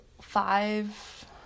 five